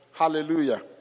Hallelujah